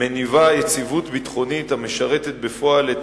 מניבה יציבות ביטחונית המשרתת בפועל את